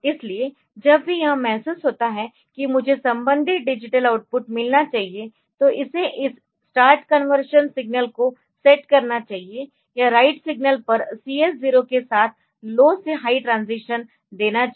इसलिए जब भी यह महसूस होता है कि मुझे संबंधित डिजिटल आउटपुट मिलना चाहिए तो इसे इस start conversion Start conversion signal को सेट करना चाहिए या राइट सिग्नल परCS 0 के साथ लो से हाई ट्रांजीशन देना चाहिए